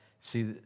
see